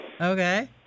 Okay